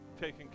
taking